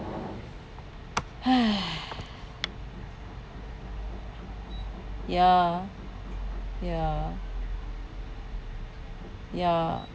ya ya ya